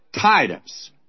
Titus